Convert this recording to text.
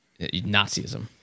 Nazism